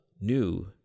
new